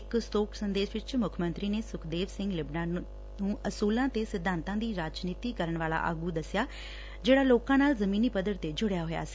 ਇਕ ਸ਼ੋਕ ਸੰਦੇਸ਼ ਵਿੱਚ ਮੁੱਖ ਮੰਤਰੀ ਨੇ ਸੁਖਦੇਵ ਸਿੰਘ ਲਿਬੜਾ ਨੂੰ ਅਸੁਲਾਂ ਤੇ ਸਿਧਾਂਤਾਂ ਦੀ ਰਾਜਨੀਤੀ ਕਰਨ ਵਾਲਾ ਆਗੂ ਦੱਸਿਆ ਜਿਹੜਾ ਲੋਕਾ ਨਾਲ ਜ਼ਮੀਨੀ ਪੱਧਰ ਤੇ ਜੁੜਿਆ ਹੋਇਆ ਸੀ